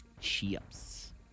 Chips